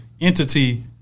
entity